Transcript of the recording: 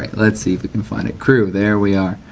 let's see if we can find it, crew, there we are.